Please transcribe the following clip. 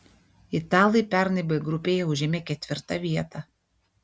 italai pernai b grupėje užėmė ketvirtą vietą